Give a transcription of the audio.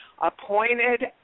appointed